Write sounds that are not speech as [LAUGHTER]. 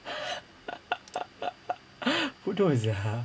[LAUGHS] bodoh sia